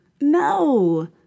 No